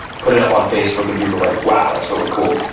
put it up on facebook and people were like, wow. that's really cool